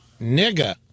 Nigga